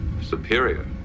Superior